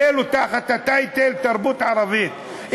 אלו תחת הטייטל "תרבות ערבית".